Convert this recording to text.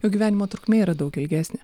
jų gyvenimo trukmė yra daug ilgesnė